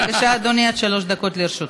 בבקשה, אדוני, עד שלוש דקות לרשותך.